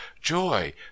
Joy